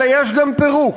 אלא יש גם פירוק,